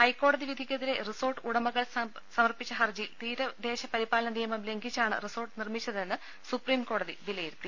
ഹൈക്കോടതി വിധിക്കെതിരെ റിസോർട്ട് ഉടമകൾ സമർപ്പിച്ച ഹർജിയിൽ തീരദേശപരിപാലന നിയമം ലംഘിച്ചാണ് റിസോർട്ട് നിർമ്മിച്ചതെന്ന് സുപ്രീംകോടതി വിലയിരുത്തി